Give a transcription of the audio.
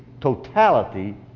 totality